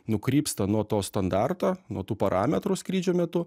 nukrypsta nuo to standarto nuo tų parametrų skrydžio metu